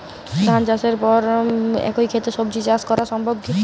ধান চাষের পর একই ক্ষেতে সবজি চাষ করা সম্ভব কি?